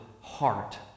heart